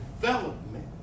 development